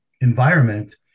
environment